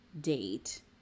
date